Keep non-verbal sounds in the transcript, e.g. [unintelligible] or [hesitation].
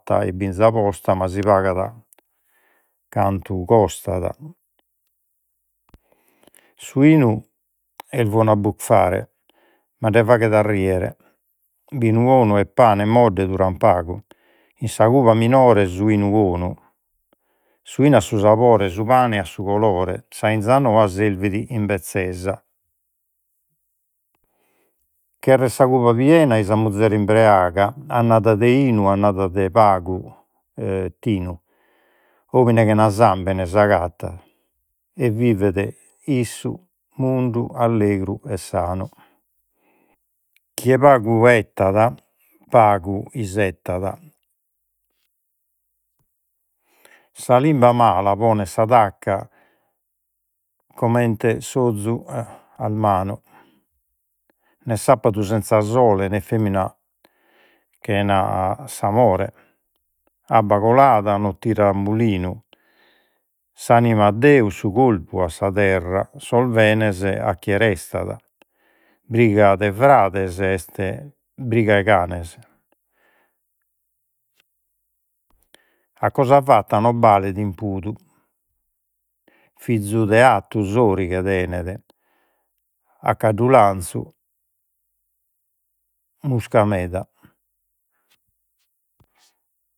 [unintelligible] e binza posta, mai si pagat [hesitation] cantu costat. Su 'inu est bonu a buffare, ma nde faghet a rìere. Binu ‘onu e pane modde duran pagu, in sa cuba minore su 'inu 'onu. Su binu at su sabore, su pane at su colore, sa binza noa servit in bezzesa, cherrer sa cuba piena ei sa muzere imbreaga. Annada de binu, annada de pagu [hesitation] tinu. Omine chena sàmbene [unintelligible] e vivet [hesitation] mundu allegro e sanu, chie pagu 'ettat, pagu 'isettat. Sa limba mala ponet sa tacca comente s'ozu [hesitation] armanu. Nè sapadu senza sole, nè femina chena [hesitation] s'amore, abba colada non tirat molinu. S'anima a Deus, su corpu a sa terra, sos benes a chie restat, briga de frades, est briga de canes, a cosa fatta non balet impudu, fizu de s'attu, sorighe tenet. A caddu lanzu, musca meda.